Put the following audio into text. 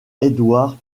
edward